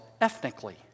ethnically